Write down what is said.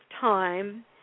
time